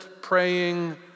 praying